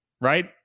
right